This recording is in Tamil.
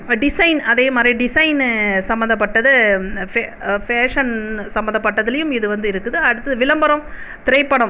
டிஸைன் அதே மாதிரியே டிஸைன்னு சம்மந்தப்பட்டது ஃபே ஃபேஷன் சம்மந்தப்பட்டதுலையும் இது வந்து இருக்குது அடுத்தது விளம்பரம் திரைப்படம்